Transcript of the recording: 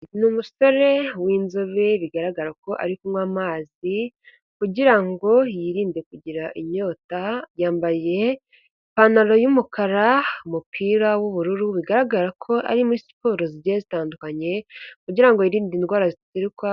N’umusore w'inzobe bigaragara ko ari kunywa amazi kugira ngo yirinde kugira inyota, yambaye ipantaro y'umukara, umupira w'ubururu bigaragara ko ari muri siporo zigiye zitandukanye, kugira ngo yirinde indwara.